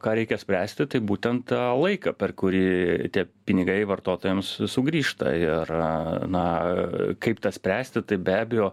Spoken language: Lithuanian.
ką reikia spręsti tai būtent tą laiką per kurį tie pinigai vartotojams sugrįžta ir na kaip tą spręsti tai be abejo